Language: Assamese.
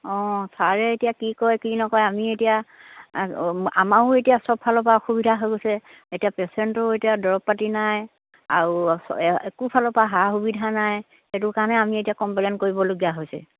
অঁ ছাৰে এতিয়া কি কয় কি নকয় আমি এতিয়া আমাৰো এতিয়া সব ফালৰ পৰা অসুবিধা হৈ গৈছে এতিয়া পেচেণ্টৰো এতিয়া দৰৱ পাতি নাই আৰু একো ফালৰ পৰা সা সুবিধা নাই সেইটো কাৰণে আমি এতিয়া কমপ্লেন কৰিবলগীয়া হৈছে